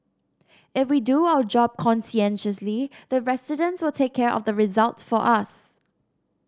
if we do our job conscientiously the residents will take care of the result for us